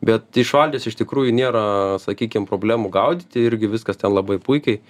bet iš valties iš tikrųjų nėra sakykim problemų gaudyti irgi viskas ten labai puikiai